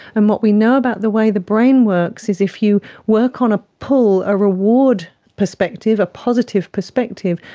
and what we know about the way the brain works is if you work on a pull, a reward perspective, a positive perspective,